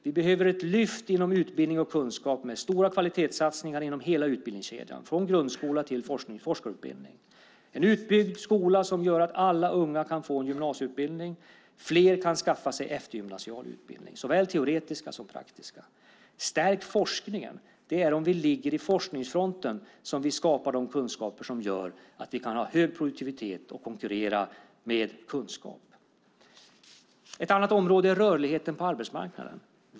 Vi behöver ett lyft inom utbildning och kunskap med stora kvalitetssatsningar inom hela utbildningskedjan från grundskola till forskarutbildning, en utbyggd skola som gör att alla unga kan få en gymnasieutbildning och fler kan skaffa sig eftergymnasial utbildning, såväl teoretisk som praktisk. Stärk forskningen! Det är om vi ligger i forskningsfronten som vi skapar de kunskaper som gör att vi kan ha hög produktivitet och konkurrera med kunskap. Ett annat område är rörligheten på arbetsmarknaden.